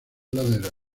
laderas